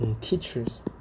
Teachers